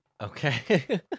Okay